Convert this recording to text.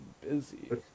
busy